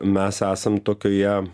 mes esam tokioje